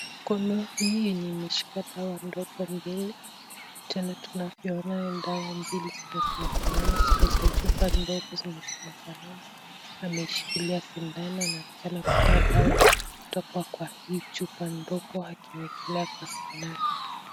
Mkono hii yenye imeshika dawa ndogo mbili tena tunavyoona ni dawa mbili zenye zimefanana ziko chupa ndogo zenye zimefanana. Ameshikilia sindano na anaonekana kutoa dawa kutoka kwa hii chupa ndogo akiwekelea kwa sindano.